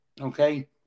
okay